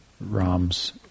Ram's